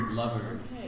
lovers